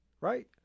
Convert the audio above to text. Right